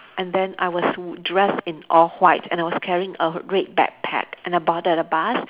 and then I was dress in all white and I was carrying a red bag pack and I boarded a bus